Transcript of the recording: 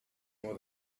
more